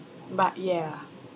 but yeah